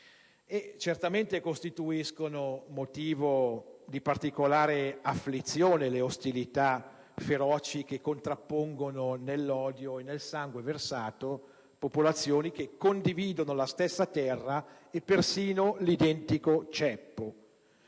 Certamente costituiscono motivo di particolare afflizione le ostilità feroci che contrappongono nell'odio e nel sangue versato popolazioni che condividono la stessa terra e persino l'identico ceppo.